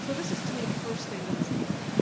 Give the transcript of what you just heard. so this is to me, the first thing that is needed,